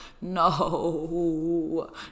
no